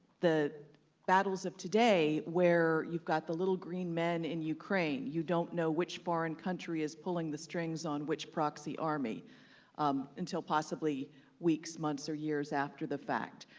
the battles of today where you've got the little green men in ukraine. you don't know which foreign country is pulling the strings on which proxy army um until possibly weeks, months, or years after the fact.